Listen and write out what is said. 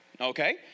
okay